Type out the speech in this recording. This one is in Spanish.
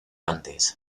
antes